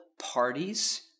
parties